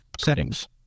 Settings